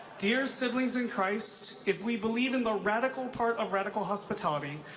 dear siblings in christ, if we believe in the radical part of radical hospitality,